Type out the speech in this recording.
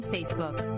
Facebook